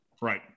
Right